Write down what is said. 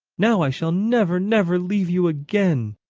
now i shall never, never leave you again!